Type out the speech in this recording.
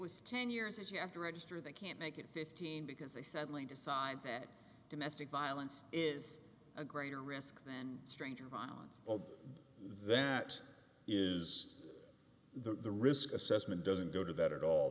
was ten years if you have to register they can't make it fifteen because they suddenly decide that domestic violence is a greater risk than stranger violence that is the risk assessment doesn't go to that at all